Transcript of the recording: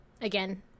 again